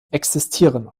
existieren